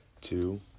two